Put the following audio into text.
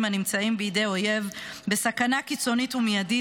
הנמצאים בידי האויב בסכנה קיצונית ומיידית,